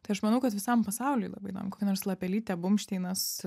tai aš manau kad visam pasauliui labai įdomu kokia nors lapelytė bumšteinas